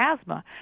asthma